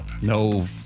No-